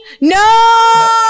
No